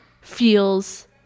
feels